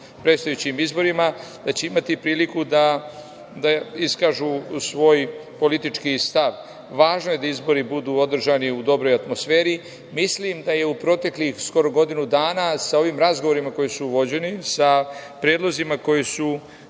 predstojećim izborima, da će imati priliku da iskažu svoj politički stav. Važno je da izbori budu održani u dobroj atmosferi. Mislim da je u proteklih skoro godinu dana sa ovim razgovorima koji su vođeni, sa predlozima koji su